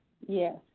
Yes